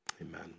Amen